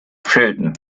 fehlten